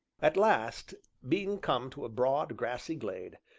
at last, being come to a broad, grassy glade,